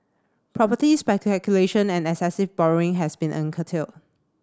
property and excessive borrowing has been curtailed